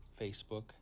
Facebook